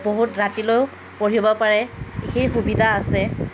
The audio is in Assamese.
বহুত ৰাতিলেও পঢ়িব পাৰে সেই সুবিধা আছে